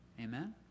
Amen